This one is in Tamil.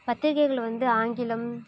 பத்திரிகைகள் வந்து ஆங்கிலம்